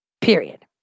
period